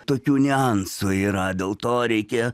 tokių niuansų yra dėl to reikia